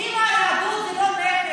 ואם היהדות זה,